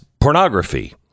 pornography